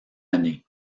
année